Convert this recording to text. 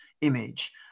image